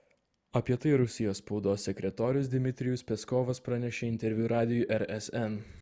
apie tai rusijos spaudos sekretorius dmitrijus peskovas pranešė interviu radijui rsn